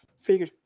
figure